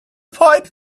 pipe